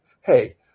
hey